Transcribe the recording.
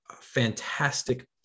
fantastic